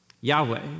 Yahweh